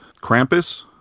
Krampus